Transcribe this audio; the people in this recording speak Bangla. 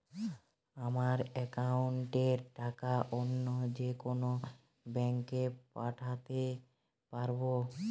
আমার একাউন্টের টাকা অন্য যেকোনো ব্যাঙ্কে পাঠাতে পারব?